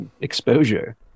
exposure